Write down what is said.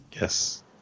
Yes